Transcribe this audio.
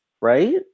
right